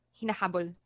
hinahabol